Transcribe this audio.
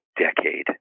decade